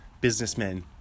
businessmen